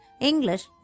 English